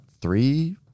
three